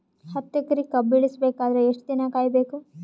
ಹತ್ತು ಎಕರೆ ಕಬ್ಬ ಇಳಿಸ ಬೇಕಾದರ ಎಷ್ಟು ದಿನ ಕಾಯಿ ಬೇಕು?